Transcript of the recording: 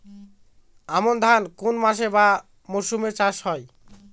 আমন ধান কোন মাসে বা মরশুমে চাষ হয়?